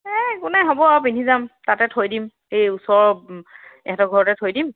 এই একো নাই হ'ব আৰু পিন্ধি যাম তাতে থৈ দিম এই ওচৰৰ এহেঁতৰ ঘৰতে থৈ দিম